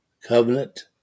covenant